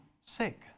sick